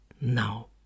now